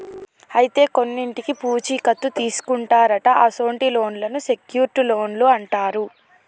అయితే కొన్నింటికి పూచీ కత్తు తీసుకుంటారట అసొంటి లోన్లను సెక్యూర్ట్ లోన్లు అంటారు